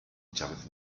chávez